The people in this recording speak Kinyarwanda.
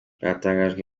barangajwe